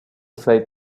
say